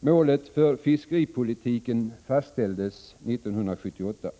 Målet för fiskeripolitiken fastställdes 1978.